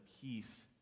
peace